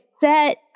set